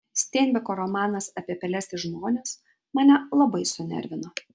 steinbeko romanas apie peles ir žmones mane labai sunervino